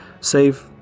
save